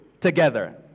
together